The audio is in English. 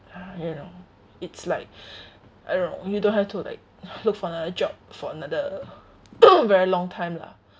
ha you know it's like I don't know you don't have to like look for another job for another very long time lah